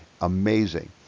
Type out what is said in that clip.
Amazing